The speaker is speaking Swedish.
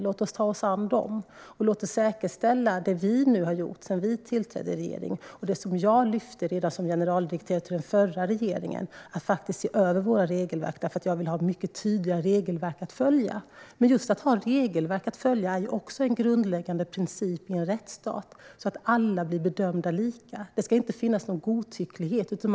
Låt oss ta oss an dem, och låt oss säkerställa det vi i regeringen har gjort sedan vi tillträdde och som jag lyfte fram redan som generaldirektör under den förra regeringen: att se över våra regelverk, för jag vill ha mycket tydliga regelverk att följa. Men just att ha regelverk att följa är också en grundläggande princip i en rättsstat, så att alla blir lika bedömda. Det ska inte finnas någon godtycklighet.